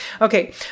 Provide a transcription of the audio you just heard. Okay